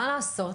מה לעשות?